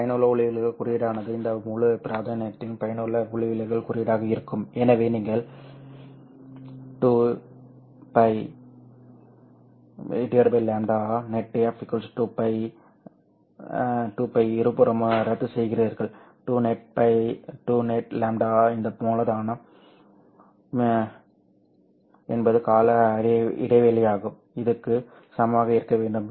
இந்த பயனுள்ள ஒளிவிலகல் குறியீடானது இந்த முழு பிராந்தியத்திலும் பயனுள்ள ஒளிவிலகல் குறியீடாக இருக்கும் எனவே நீங்கள் 2 into λ neff 2л 2л இருபுறமும் ரத்துசெய்கிறீர்கள் 2neff λ இந்த மூலதனம் period என்பது கால இடைவெளியாகும் இது க்கு சமமாக இருக்க வேண்டும்